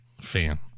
fan